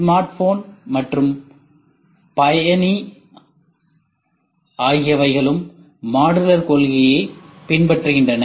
smart phone மற்றும் பயணி ஆகியவைகளும் மாடுலர் கொள்கையை பின்பற்றுகின்றன